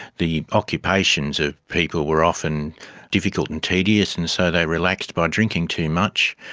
the occupations of people were often difficult and tedious and so they relaxed by drinking too much,